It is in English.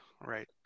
right